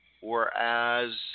whereas